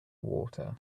water